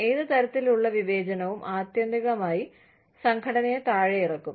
ഏത് തരത്തിലുള്ള വിവേചനവും ആത്യന്തികമായി സംഘടനയെ താഴെയിറക്കും